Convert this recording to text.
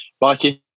Mikey